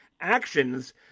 actions